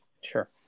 sure